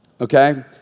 Okay